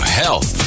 health